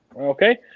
Okay